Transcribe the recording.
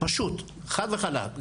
פשוט חד וחלק.